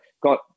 got